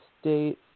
State